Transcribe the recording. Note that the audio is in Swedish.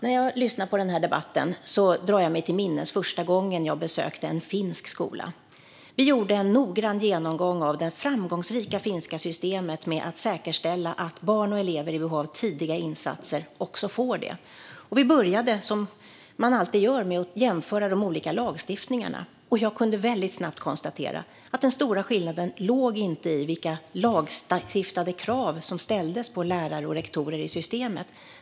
När jag lyssnar på den här debatten drar jag mig till minnes första gången jag besökte en finsk skola. Vi gjorde en noggrann genomgång av det framgångsrika finska systemet, där man säkerställer att barn och elever i behov av tidiga insatser också får dem. Vi började, som man alltid gör, med att jämföra de olika lagstiftningarna, och jag kunde snabbt konstatera att de stora skillnaderna inte låg i vilka lagstiftade krav som ställdes på lärare och rektorer i systemet.